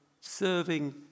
serving